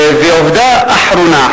ועובדה אחרונה,